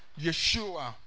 Yeshua